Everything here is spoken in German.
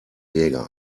jäger